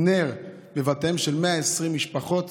נר, בבתיהם של 120 משפחות